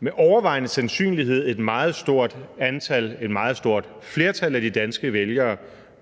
med overvejende sandsynlighed et meget stort antal, et meget stort flertal af de danske vælgere